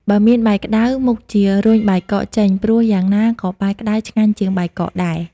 បើមានបាយក្ដៅ មុខជារុញបាយកកចេញ ព្រោះយ៉ាងណា ក៏បាយក្ដៅឆ្ងាញ់ជាងបាយកកដែរ។